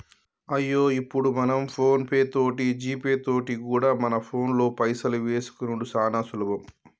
అయ్యో ఇప్పుడు మనం ఫోన్ పే తోటి జీపే తోటి కూడా మన ఫోన్లో పైసలు వేసుకునిడు సానా సులభం